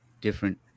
different